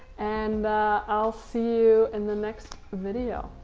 and i'll see you in the next video.